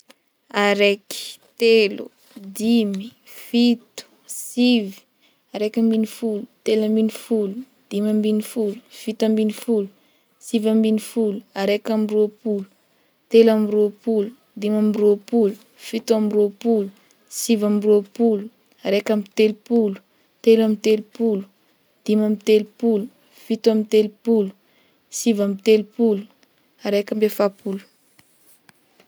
Araiky, telo, dimy, fito, sivy, araika ambin'ny folo, telo ambin'ny folo, dimy ambin'ny folo, fito ambin'ny folo, sivy ambin'ny folo, araika amby roapolo, telo amby roapolo, dimy amby roapolo, fito amby roapolo, sivy amby roapolo, araika amby telopolo, telo amby telopolo, dimy amby telopolo, fito amby telopolo, sivy amby telopolo, araika amby efapolo.